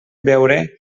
veure